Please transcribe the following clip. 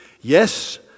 Yes